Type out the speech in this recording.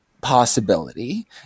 possibility